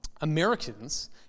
Americans